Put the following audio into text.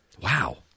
Wow